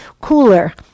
cooler